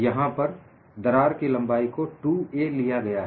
यहां पर दरार की लंबाई को 2a लिया गया है